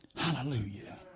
Hallelujah